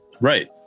right